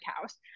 cows